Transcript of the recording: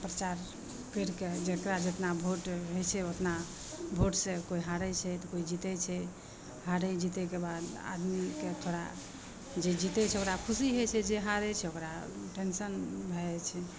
परचार करिके जकरा जतना भोट मिलै छै ओतना भोटसे कोइ हारै छै तऽ कोइ जितै छै हारै जितैके बाद आदमीके थोड़ा जे जितै छै ओकरा खुशी होइ छै जे हारै छै ओकरा टेन्शन भए जाइ छै